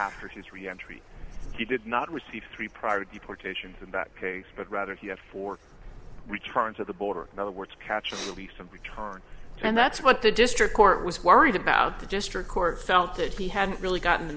reentry he did not receive three prior deportation in that case but rather he had four returns at the border in other words catch and release and return and that's what the district court was worried about the district court found that he hadn't really gotten the